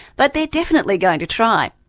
but they are definitely going to try.